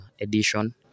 edition